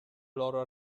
loro